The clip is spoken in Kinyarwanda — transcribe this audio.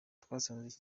twasanze